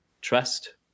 trust